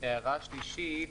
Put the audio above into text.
הערה שלישית,